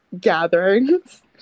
Gatherings